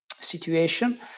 situation